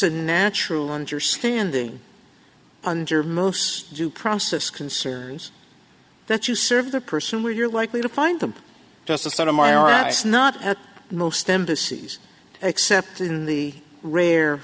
a natural understanding under most due process concerns that you serve the person where you're likely to find them just the sort of my arse not at most embassies except in the rare